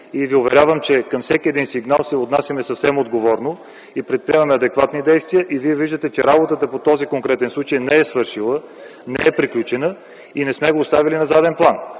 Уверявам Ви, че към всеки един сигнал се отнасяме съвсем отговорно и предприемаме адекватни действия и Вие виждате, че работата по този конкретен случай не е свършила, не е приключила и не сме го оставили на заден план.